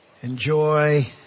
Enjoy